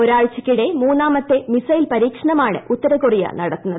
ഒരാഴ്ചയ്ക്കിടെ മൂന്നാമത്തെ മിസൈൽ പരീക്ഷണമാണ് ഉത്തരകൊറിയ നടത്തുന്നത്